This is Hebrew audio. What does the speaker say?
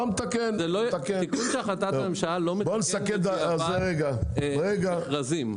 התיקון של החלטת הממשלה לא מתקן בדיעבד מכרזים.